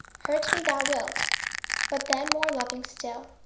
hurt me thou wilt but then more loving still,